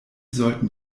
sollten